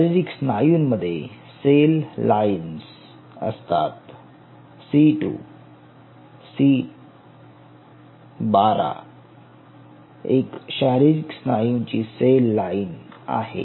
शारीरिक स्नायूंमध्ये cell lines असतात सी 2 सी 12 एक शारीरिक स्नायूंची सेल लाईन आहे